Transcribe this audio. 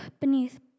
beneath